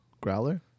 Growler